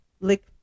lick